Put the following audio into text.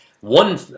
One